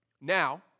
Now